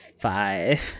five